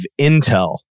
intel